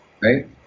right